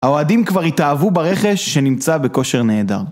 האוהדים כבר התאהבו ברכש שנמצא בכושר נהדר.